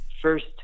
first